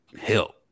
help